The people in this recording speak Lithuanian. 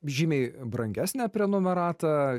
žymiai brangesnę prenumeratą